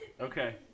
okay